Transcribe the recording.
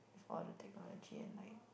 is for the technology and like